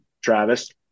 Travis